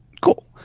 Cool